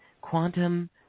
quantum